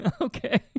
okay